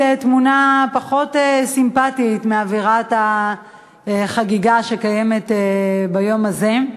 תמונה פחות סימפתית מאווירת החגיגה שקיימת ביום הזה.